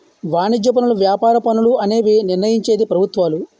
వాణిజ్య పనులు వ్యాపార పన్నులు అనేవి నిర్ణయించేది ప్రభుత్వాలు